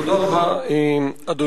תודה רבה, אדוני.